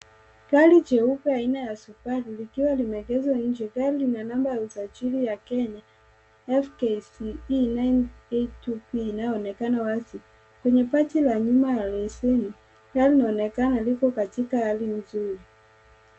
Gari jeupe aina ya subaru likiwa limeegezwa nje. Gari lina nambari ya usajili ya kenya f k c b 982 p inayoonekana wazi. Kwenye bati la nyuma la leseni gari linaonekana lipo katika hali nzuri.